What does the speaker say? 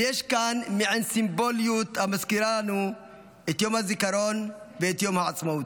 ויש כאן מעין סימבוליות המזכירה לנו את יום הזיכרון ואת יום העצמאות.